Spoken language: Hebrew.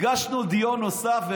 הגשנו דיון נוסף.